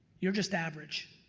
you're just average.